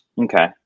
Okay